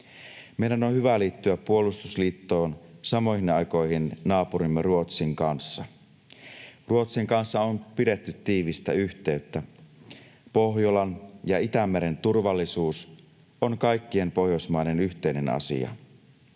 Meidän on hyvä liittyä puolustusliittoon samoihin aikoihin naapurimme Ruotsin kanssa. Ruotsin kanssa on pidetty tiivistä yhteyttä. Pohjolan ja Itämeren turvallisuus on kaikkien Pohjoismaiden yhteinen asia.